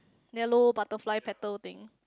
there low butterfly petal thing